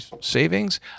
savings